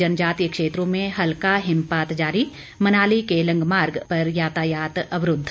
जनजातीय क्षेत्रों में हल्का हिमपात जारी मनाली केलंग मार्ग पर यातायात अवरूद्व